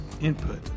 input